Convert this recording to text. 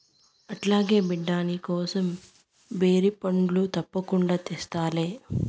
అట్లాగే బిడ్డా, నీకోసం బేరి పండ్లు తప్పకుండా తెస్తాలే